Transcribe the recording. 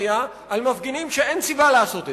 חיה על מפגינים כשאין שום סיבה לעשות זאת.